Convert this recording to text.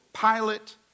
Pilate